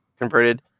converted